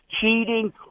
cheating